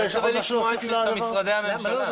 אולי שווה לשמוע את משרדי הממשלה.